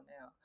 now